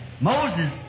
Moses